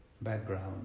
background